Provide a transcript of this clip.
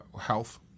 health